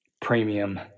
premium